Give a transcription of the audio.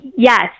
Yes